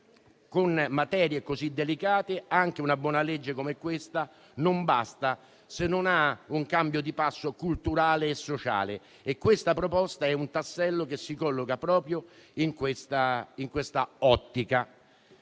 con materie così delicate anche una buona legge come questa non basta se non vi è un cambio di passo culturale e sociale. Questa proposta è un tassello che si colloca proprio in questa ottica.